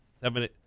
seven